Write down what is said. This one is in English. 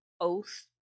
oath